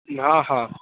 हँ हँ